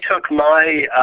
took my